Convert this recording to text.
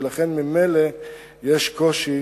ולכן ממילא יש קושי